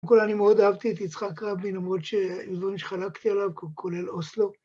קודם כל, אני מאוד אהבתי את יצחק רבין, למרות שהאיזון שחלקתי עליו, כולל אוסלו.